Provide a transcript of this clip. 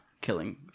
killing